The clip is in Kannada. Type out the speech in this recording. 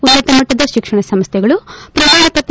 ಉನ್ನತ ಮಟ್ಟದ ಶಿಕ್ಷಣ ಸಂಸ್ಥೆಗಳು ಪ್ರಮಾಣಪತ್ರ